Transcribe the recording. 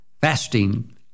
fasting